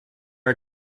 are